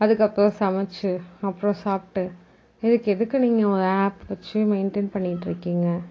அதுக்கப்புறம் சமைச்சி அப்புறம் சாப்பிட்டு இதுக்கு எதுக்கு நீங்கள் ஒரு ஆப் வச்சு மெயின்டன் பண்ணிகிட்டு இருக்கீங்க